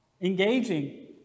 engaging